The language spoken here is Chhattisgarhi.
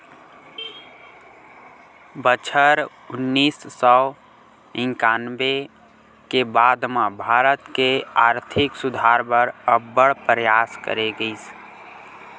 बछर उन्नीस सौ इंकानबे के बाद म भारत के आरथिक सुधार बर अब्बड़ परयास करे गिस